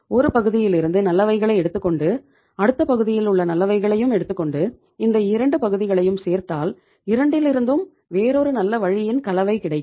ஒரு பகுதியிலிருந்து நல்லவைகளை எடுத்துக்கொண்டு அடுத்த பகுதியில் உள்ள நல்லவைகளையும் எடுத்துக்கொண்டு இந்த இரண்டு பகுதிகளையும் சேர்த்தால் இரண்டிலிருந்தும் வேறொரு நல்ல வழியின் கலவை கிடைக்கும்